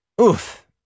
Oof